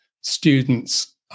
students